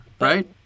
right